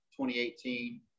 2018